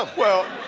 ah well,